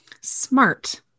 Smart